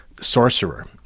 Sorcerer